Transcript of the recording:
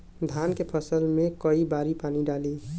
धान के फसल मे कई बारी पानी डाली?